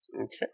Okay